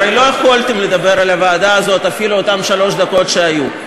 הרי לא יכולתם לדבר על הוועדה הזאת אפילו אותן שלוש דקות שהיו.